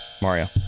Mario